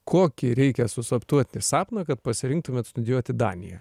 kokį reikia susaptuoti sapną kad pasirinktumėt studijuoti daniją